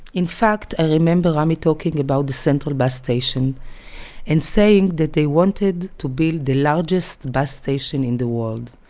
in fact, i remember rami talking about the central bus station and saying that they wanted to build the largest bus station in the world,